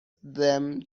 them